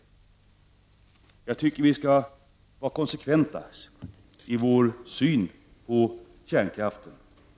Jag tycker att vi skall vara konsekventa i vår syn på kärnkraften.